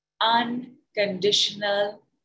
unconditional